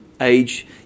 age